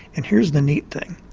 and here's the neat thing.